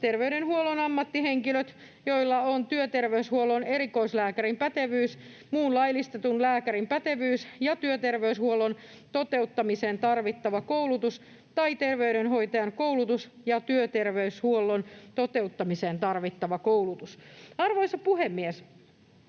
terveydenhuollon ammattihenkilöt, joilla on työterveyshuollon erikoislääkärin pätevyys, muun laillistetun lääkärin pätevyys ja työterveyshuollon toteuttamiseen tarvittava koulutus tai terveydenhoitajan koulutus ja työterveyshuollon toteuttamiseen tarvittava koulutus. Arvoisa puhemies!